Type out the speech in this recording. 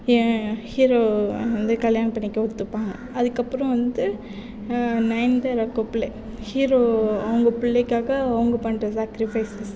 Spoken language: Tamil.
ஏ ஹீரோ வந்து கல்யாணம் பண்ணிக்க ஒத்துக்குவாங்க அதுக்கப்புறம் வந்து நயன்தாரா புள்ளைக் ஹீரோ அவங்க பிள்ளைக்காக அவங்க பண்ணுற சேக்கரிஃபய்ஸஸ்